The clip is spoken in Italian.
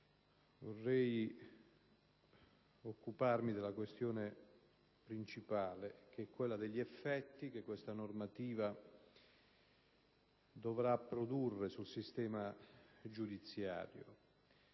vorrei occuparmi della questione principale, ossia degli effetti che la normativa in esame dovrà produrre sul sistema giudiziario.